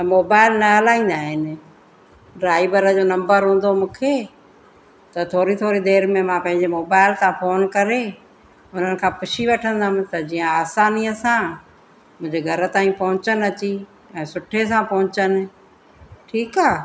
ऐं मोबाइल न हलाईंदा आहिनि ड्राइवर जो नंबर हूंदो मूंखे त थोरी थोरी देरि में मां पंहिंजे मोबाइल सां फोन करे हुननि खां पुछी वठंदमि त जीअं आसानीअ सां मुंहिंजे घर ताईं पहुचनि अची ऐं सुठे सां पहुचनि ठीकु आहे